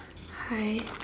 hi